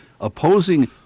Opposing